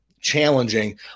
challenging